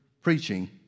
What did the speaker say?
preaching